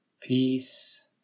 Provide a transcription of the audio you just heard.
peace